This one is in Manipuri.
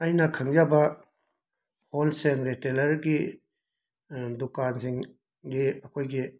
ꯑꯩꯅ ꯈꯪꯖꯕ ꯍꯣꯜꯁꯦꯜ ꯔꯦꯇꯦꯂꯔꯒꯤ ꯗꯨꯀꯥꯟꯖꯤꯡꯒꯤ ꯑꯩꯈꯣꯏꯒꯤ